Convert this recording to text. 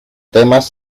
temas